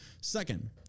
Second